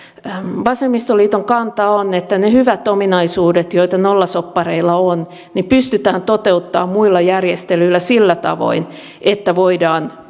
vasemmistoliiton kanta on että ne hyvät ominaisuudet joita nollasoppareilla on pystytään toteuttamaan muilla järjestelyillä sillä tavoin että voidaan